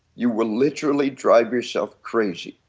you will literally drive yourself crazy.